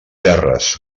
terres